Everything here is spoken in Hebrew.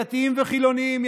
דתיים וחילונים,